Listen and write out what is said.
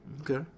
Okay